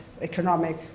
economic